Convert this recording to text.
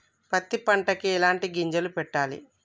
పత్తి పంటకి ఎలాంటి గింజలు పెట్టాలి?